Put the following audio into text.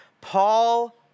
Paul